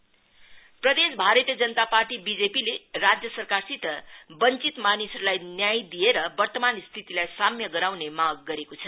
BJP प्रदेश Bharatiya Janata Party BJP ले राज्य सरकारसित बश्चित मानिसहरुलाई न्याय दिएर वर्तमान स्थितिलाई साम्य गराउने माग गरेको छ